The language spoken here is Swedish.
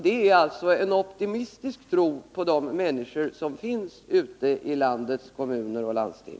Det är alltså en optimistisk tro på de människor som finns ute i landets kommuner och landsting.